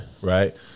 right